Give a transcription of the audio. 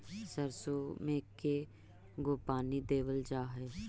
सरसों में के गो पानी देबल जा है?